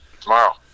Tomorrow